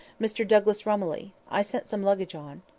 mr. douglas romilly. i sent some luggage on.